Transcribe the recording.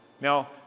now